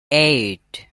eight